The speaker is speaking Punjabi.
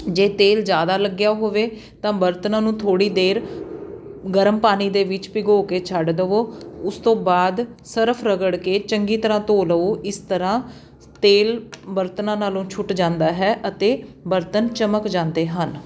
ਜੇ ਤੇਲ ਜ਼ਿਆਦਾ ਲੱਗਿਆ ਹੋਵੇ ਤਾਂ ਬਰਤਨਾਂ ਨੂੰ ਥੋੜ੍ਹੀ ਦੇਰ ਗਰਮ ਪਾਣੀ ਦੇ ਵਿੱਚ ਭਿਗੋ ਕੇ ਛੱਡ ਦੇਵੋ ਉਸ ਤੋਂ ਬਾਅਦ ਸਰਫ ਰਗੜ ਕੇ ਚੰਗੀ ਤਰ੍ਹਾਂ ਧੋ ਲਓ ਇਸ ਤਰ੍ਹਾਂ ਤੇਲ ਬਰਤਨਾਂ ਨਾਲੋਂ ਛੁੱਟ ਜਾਂਦਾ ਹੈ ਅਤੇ ਬਰਤਨ ਚਮਕ ਜਾਂਦੇ ਹਨ